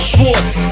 Sports